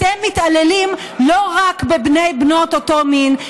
אתם מתעללים לא רק בבני ובנות מאותו מין,